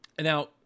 Now